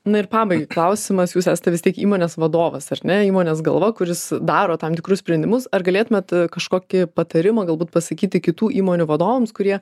na ir pabaigai klausimas jūs esate vis tiek įmonės vadovas ar ne įmonės galva kuris daro tam tikrus sprendimus ar galėtumėt kažkokį patarimą galbūt pasakyti kitų įmonių vadovams kurie